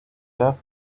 death